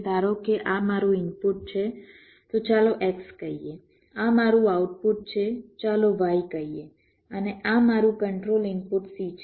ધારો કે આ મારું ઇનપુટ છે તો ચાલો X કહીએ આ મારું આઉટપુટ છે ચાલો Y કહીએ અને આ મારું કન્ટ્રોલ ઇનપુટ C છે